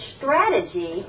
strategy